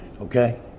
okay